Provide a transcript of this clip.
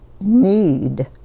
need